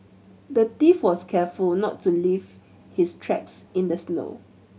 the thief was careful not to leave his tracks in the snow